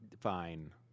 fine